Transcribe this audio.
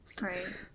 Right